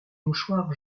mouchoirs